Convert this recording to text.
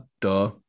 duh